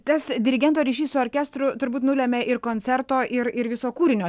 tas dirigento ryšys su orkestru turbūt nulemia ir koncerto ir ir viso kūrinio